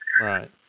Right